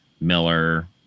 Miller